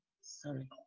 Sorry